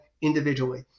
individually